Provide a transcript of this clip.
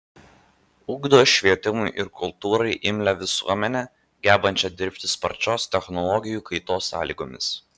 ugdo švietimui ir kultūrai imlią visuomenę gebančią dirbti sparčios technologijų kaitos sąlygomis